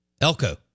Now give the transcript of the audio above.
Elko